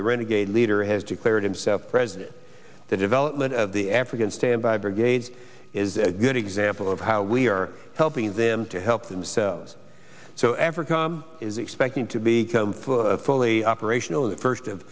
a renegade leader has declared himself president the development of the african standby brigades is a good example of how we are helping them to help themselves so africa is expecting to be comfy fully operational in the first of